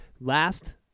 Last